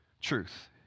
truth